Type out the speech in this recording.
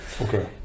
Okay